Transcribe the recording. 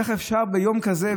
איך אפשר ביום כזה,